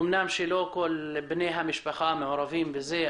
אמנם לא כל בני המשפחה מעורבים בזה,